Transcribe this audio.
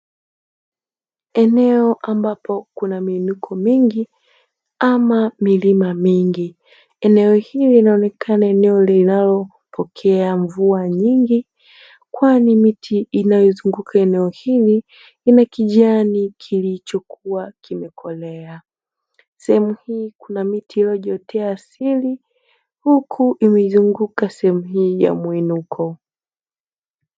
Eneo ambapo kuna miinuko mingi ama milima mingi. Eneo hili linaonekana eneo linalopokea mvua nyingi kwani miti inayozunguka eneo hili ina kijani kilichokuwa kimekolea. Sehemu hii kuna miti iliyojiotea asili huku imezunguka sehemu hii ya muinuko.